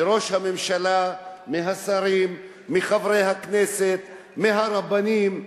מראש הממשלה, מהשרים מחברי הכנסת, מהרבנים,